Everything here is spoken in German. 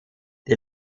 die